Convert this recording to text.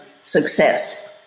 success